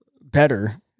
better